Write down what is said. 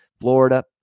Florida